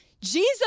Jesus